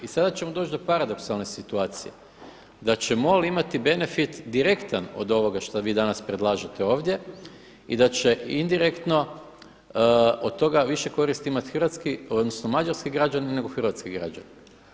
I sada ćemo doći do paradoksalne situacije da će MOL imati benefit direktan od ovoga što vi danas predlažete ovdje i da će indirektno od toga više koristi imati hrvatski, odnosno mađarski građani nego hrvatski građani.